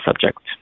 subject